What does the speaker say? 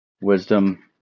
wisdom